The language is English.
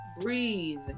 Breathe